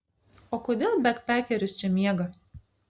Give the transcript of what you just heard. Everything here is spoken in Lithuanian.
o kodėl bekpekeris čia miega